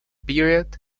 period